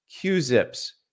Q-Zips